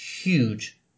huge